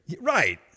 Right